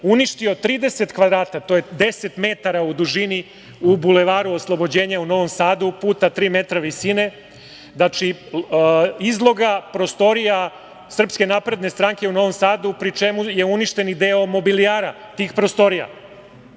uništio 30 kvadrata, to je 10 metara u dužini, u Bulevaru oslobođenja u Novom Sadu, puta tri metra visine, izloga prostorija SNS u Novom Sadu, pri čemu je uništen i deo mobilijara tih prostorija. Kao